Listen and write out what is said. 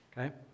okay